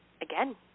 again